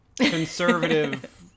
conservative